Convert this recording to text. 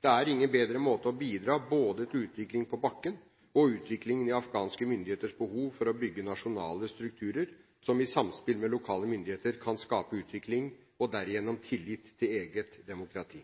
Det er ingen bedre måte å bidra på verken til utvikling på bakken eller til utviklingen i afghanske myndigheters behov for å bygge nasjonale strukturer som i samspill med lokale myndigheter kan skape utvikling og derigjennom tillit til eget demokrati.